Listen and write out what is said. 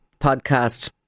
podcast